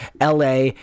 LA